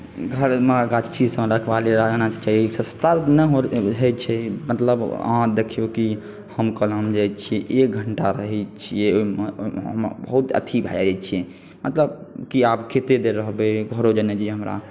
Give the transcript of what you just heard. घरमे गाछीसभ रखवाली सस्ता नहि होइत छै मतलब अहाँ देखियौ कि हम कलम जाइत छियै एक घण्टा रहैत छियै ओहिमे बहुत अथी भए जाइत छियै मतलब कि आब कतेक देर रहबै घरो जेनाइ अइ हमरा